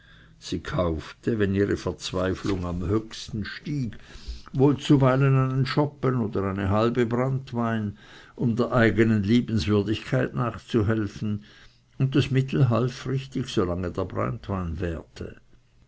sie kaufte wenn ihre verzweiflung am höchsten stieg wohl zuweilen einen schoppen oder eine halbe branntwein um der eigenen liebenswürdigkeit nachzuhelfen und das mittel half richtig solange der branntwein währte